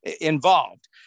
involved